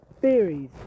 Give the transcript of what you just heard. Theories